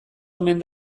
omen